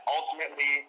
Ultimately